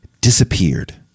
disappeared